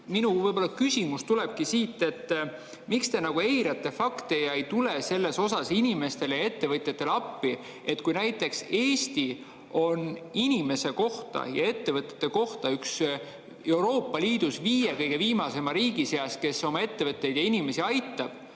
minu küsimus tulebki siit. Miks te eirate fakte ega tule selles osas inimestele ja ettevõtjatele appi? Kui näiteks Eesti on inimese kohta ja ettevõtete kohta Euroopa Liidu viie viimase riigi seas, kes oma ettevõtteid ja inimesi aitab